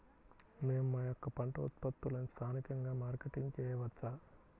మేము మా యొక్క పంట ఉత్పత్తులని స్థానికంగా మార్కెటింగ్ చేయవచ్చా?